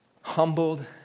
humbled